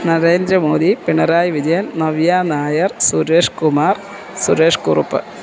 Narendra Modi Pinarayi Vijayan Navya Nair Suresh Kumar Suresh Kurup